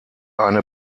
eine